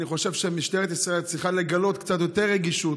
אני חושב שמשטרת ישראל צריכה לגלות קצת יותר רגישות,